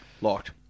Locked